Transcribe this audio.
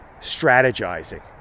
strategizing